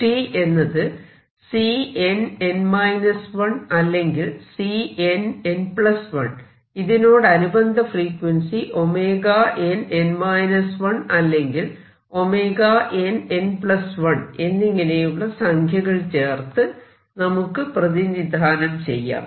x എന്നത് Cnn 1 അല്ലെങ്കിൽ Cnn1 ഇതിനോടനുബന്ധ ഫ്രീക്വൻസി nn 1 അല്ലെങ്കിൽ nn1 എന്നിങ്ങനെയുള്ള സംഖ്യകൾ ചേർത്ത് നമുക്ക് പ്രതിനിധാനം ചെയ്യാം